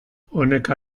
honek